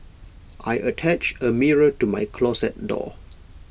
I attached A mirror to my closet door